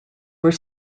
were